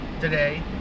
today